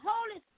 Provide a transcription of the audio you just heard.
Holy